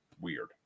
weird